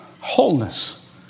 wholeness